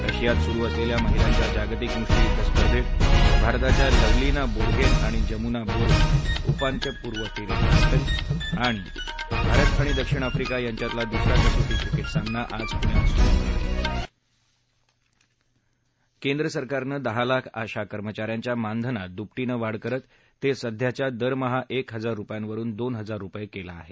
रशियात सुरु असलेल्या महिलांच्या जागतिक मुष्टियुद्ध स्पर्धेत भारताच्या लव्हलीना बोर्घेन आणि जमूना बोरो उपांत्यपूर्व फेरीत दाखल भारत आणि दक्षिण आफ्रिका यांच्यातला दुसरा कसोटी क्रिकेट सामना आज पुण्यात सुरु होणार केंद्र सरकारनं दहा लाख आशा कर्मचाऱ्यांच्या मानधनात दुपटीनं वाढ करत ते सध्याच्या दरमहा एक हजार रुपयांवरून दोन हजार रुपये केलं आहे